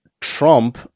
Trump